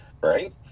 Right